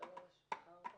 התשע"ח-2018?